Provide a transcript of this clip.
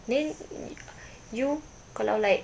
then you kalau like